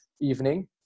evening